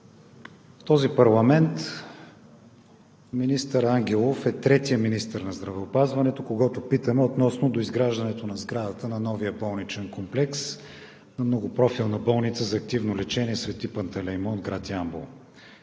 В този парламент министър Ангелов е третият министър на здравеопазването, когото питаме относно доизграждането на сградата на новия болничен комплекс на Многопрофилна болница за активно лечение „Свети Пантелеймон“ – град Ямбол.